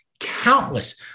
countless